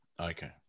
Okay